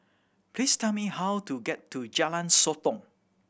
please tell me how to get to Jalan Sotong